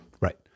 Right